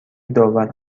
داور